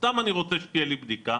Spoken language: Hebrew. סתם אני רוצה שתהיה לי בדיקה,